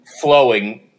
flowing